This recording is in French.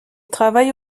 travaille